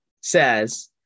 says